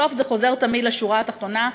בסוף זה חוזר תמיד לשורה התחתונה,